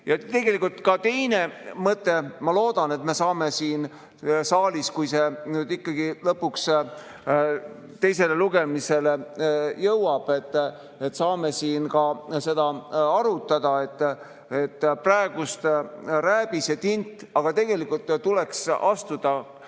Tegelikult ka teine mõte. Ma loodan, et me saame siin saalis, kui see nüüd ikkagi lõpuks teisele lugemisele jõuab, seda arutada. Praegu on rääbis ja tint, aga tegelikult tuleks astuda